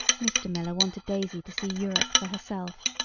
mr. miller wanted daisy to see europe for herself.